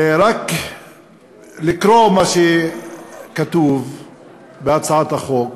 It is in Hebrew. אבל רק לקרוא מה שכתוב בהצעת החוק,